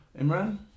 Imran